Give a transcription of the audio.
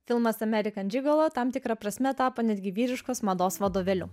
filmas amerikan džigolo tam tikra prasme tapo netgi vyriškos mados vadovėliu